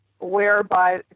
whereby